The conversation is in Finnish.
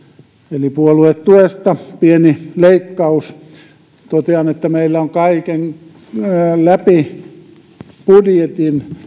eli puoluetukeen pieni leikkaus totean että meillä on läpi budjetin